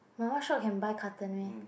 my one shop can buy carton meh